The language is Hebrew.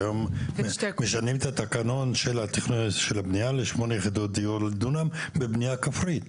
והם משנים את התקנון של הבנייה לשמונה יחידות דיור לדונם בבנייה כפרית,